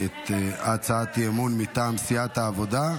את הצעת האי-אמון מטעם סיעת העבודה.